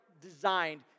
designed